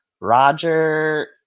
Roger